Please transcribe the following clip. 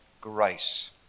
grace